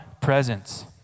presence